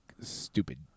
stupid